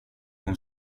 hon